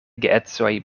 geedzoj